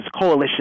coalition